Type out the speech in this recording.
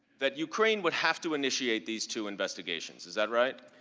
that ukraine would have to initiate these two investigations, is that right?